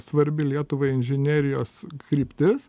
svarbi lietuvai inžinerijos kryptis